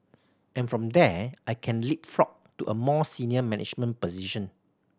and from there I can leapfrog to a more senior management position